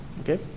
Okay